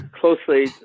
closely